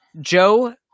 Joe